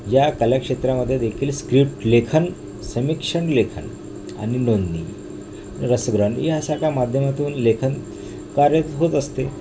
या कलाक्षेत्रामध्ये देखील स्क्रिप्ट लेखन समीक्षण लेखन आणि नोंदणी रसग्रहण या या सागळ्या माध्यमातून लेखनकार्य होत असते